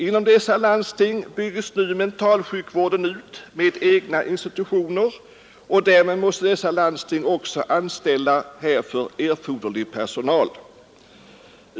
Inom dessa landsting bygges nu mentalsjukvården ut med egna institutioner, och därmed måste dessa landsting också anställa härför erforderlig personal.